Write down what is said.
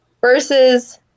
versus